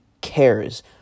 cares